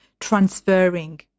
transferring